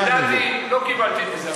מנדטים לא קיבלתי מזה,